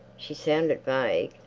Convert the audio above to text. she sounded vague.